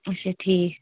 اچھا ٹھیٖک